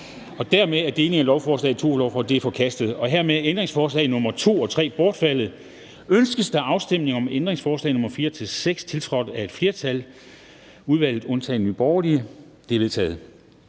0. Dermed er delingen af lovforslaget i to lovforslag forkastet. Hermed er ændringsforslag nr. 2 og 3 bortfaldet. Ønskes der afstemning om ændringsforslag nr. 4-6, tiltrådt af et flertal (udvalget undtagen NB)? Ændringsforslagene er vedtaget.